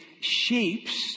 shapes